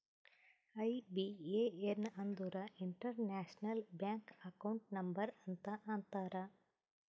IBAN ಅಂದುರ್ international bank account number ಅಂತ ಅಂತಾರ್